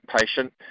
patient